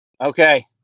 okay